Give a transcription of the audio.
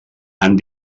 han